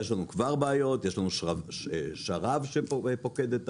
יש לנו כבר בעיות, יש לנו שרב שפוקד את